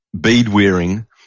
bead-wearing